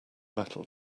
metal